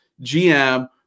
GM